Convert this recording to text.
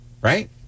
right